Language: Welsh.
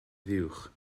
fuwch